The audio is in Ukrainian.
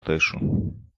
тишу